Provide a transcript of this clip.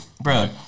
bro